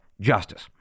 justice